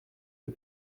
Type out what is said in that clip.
peu